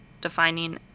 defining